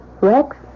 Rex